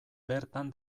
bertan